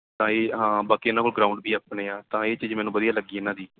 ਹਾਂਜੀ ਹਾਂ ਬਾਕੀ ਇਹਨਾਂ ਕੋਲ ਗਰਾਊਂਡ ਵੀ ਆਪਣੇ ਆ ਤਾਂ ਇਹ ਚੀਜ਼ ਮੈਨੂੰ ਵਧੀਆ ਲੱਗੀ ਇਹਨਾਂ ਦੀ